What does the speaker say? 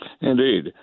Indeed